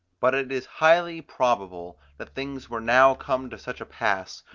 but it is highly probable that things were now come to such a pass,